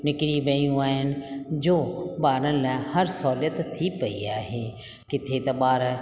निकिरी वियूं आहिनि जो ॿारनि लाइ हर सहूलियत थी पई आहे किथे त ॿार